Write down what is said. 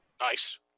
Nice